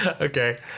Okay